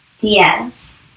Yes